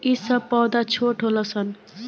ई सब पौधा छोट होलन सन